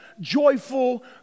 joyful